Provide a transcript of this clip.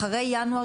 אחרי ינואר,